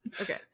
Okay